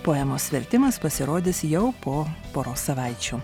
poemos vertimas pasirodys jau po poros savaičių